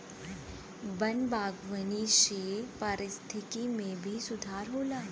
वन बागवानी से पारिस्थिकी में भी सुधार होला